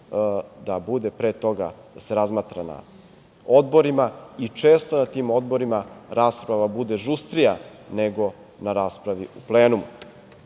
da se pre toga razmatra na odborima i često na tim odborima rasprava bude žustrija nego na raspravi u plenumu. Takođe,